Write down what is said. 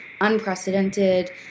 unprecedented